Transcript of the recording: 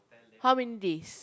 how many days